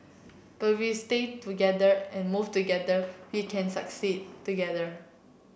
but we stay together and move together we can succeed together